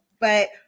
But-